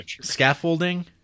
scaffolding